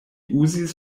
uzis